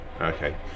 okay